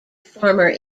former